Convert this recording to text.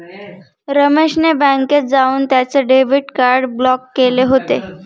रमेश ने बँकेत जाऊन त्याचे डेबिट कार्ड ब्लॉक केले होते